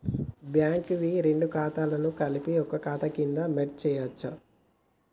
Bank వి రెండు ఖాతాలను కలిపి ఒక ఖాతా కింద మెర్జ్ చేయచ్చా?